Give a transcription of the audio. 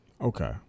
Okay